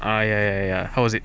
ah ya ya ya how is it